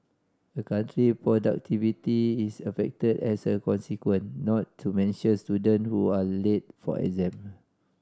a country productivity is affected as a consequent not to mention student who are late for exam